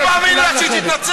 אתה מאמין לה שהיא תתנצל?